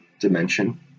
dimension